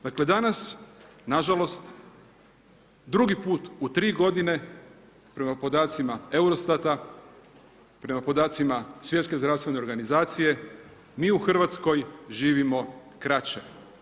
Dakle, danas nažalost drugi put u 3. godine prema podacima EUROSTAT-a, prema podacima Svjetske zdravstvene organizacije mi u Hrvatskoj živimo kraće.